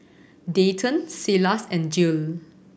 Dayton Silas and Jill